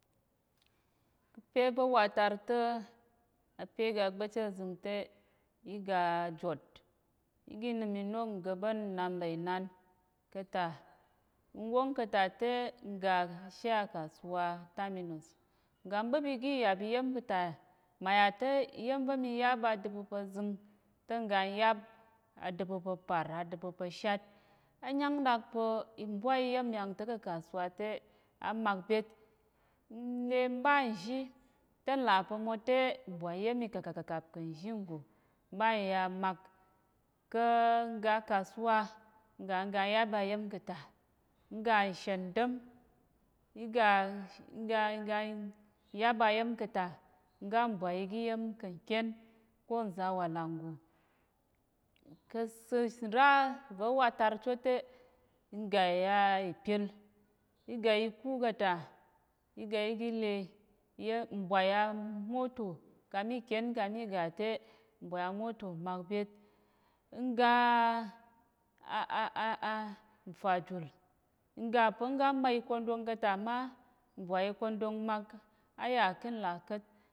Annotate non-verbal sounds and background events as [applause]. Pe va̱ watar ta̱, ape ga gba̱pchi azəng te, í ga ajot, í ga i nəm inok ngəɓa̱n nnap nlà inan ka̱ ta. N wóng ka̱ ta te n ga ka̱ she akasuwa ataminos. N ga n ɓəp igi ìyap iya̱m ka̱ ta, mà yà te iya̱m va̱ mi yáp adəbu pa̱ zəng, te n ga n yáp adəbu pa̱ par, adəbu pa̱ shát, á nyám ɗak pa̱ mbwaí iya̱m nyang ta̱ ka̱ kasuwa te á mak byét. N le n ɓa nzhi te nlà pa̱ mo te mbwai iya̱m ikakakakàp kà̱ nzhi nggo, mɓa n ya mak, [hesitation] n ga akasuwa, n ga n ga n yáp aya̱m ka̱ ta, n ga nshendam [unintelligible] nyáp aya̱m ka̱ ta, ngga mbwai igi ya̱m kà̱ nkyén ko nza̱ alwalàng nggo. [unintelligible] nra va̱ watar chu te n ga a ìpill, i ga ikú ka̱ ta, í ga í gi le. [unintelligible] mbwai amoto ka mí kyén ka mí ga te, mbwai amoto mak byét. N ga a [hesitation] nfajul, n ga pa̱ n ga m ma ikondong ka̱ ta má mbwai ikondong mak, á yà ká̱ nlà ka̱t.